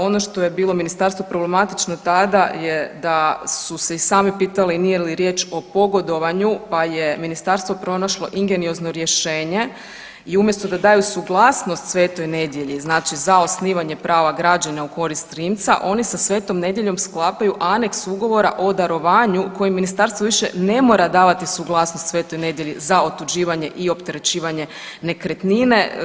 Ono što je bilo ministarstvu problematično tada je da su se i sami pitali nije li riječ o pogodovanju pa je ministarstvo pronašlo ingeniozno rješenje i umjesto da daju suglasnost Sv. Nedelji za osnivanje prava građenja u korist Rimca oni sa Sv. Nedeljom sklapaju aneks ugovora o darovanju koje ministarstvo više ne mora davati suglasnost Sv. Nedelji za otuđivanje i opterećivanje nekretnine.